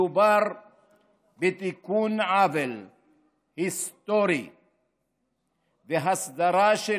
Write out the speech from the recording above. מדובר בתיקון עוול היסטורי והסדרה של